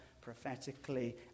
prophetically